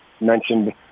mentioned